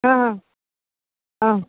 हां हां हां